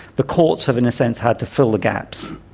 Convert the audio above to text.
the courts have in a sense had to fill the gaps.